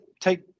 take